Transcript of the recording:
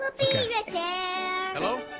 Hello